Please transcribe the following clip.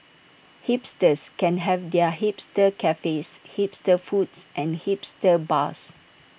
hipsters can have their hipster cafes hipster foods and hipster bars